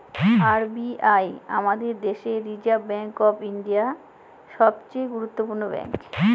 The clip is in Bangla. আর বি আই আমাদের দেশের রিসার্ভ ব্যাঙ্ক অফ ইন্ডিয়া, সবচে গুরুত্বপূর্ণ ব্যাঙ্ক